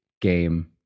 game